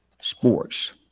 sports